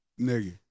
Nigga